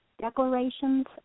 declarations